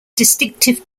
distinctive